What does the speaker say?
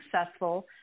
successful